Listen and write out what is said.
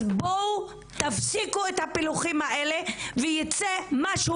אז בואו תפסיקו את הפילוחים האלה ויצא משהו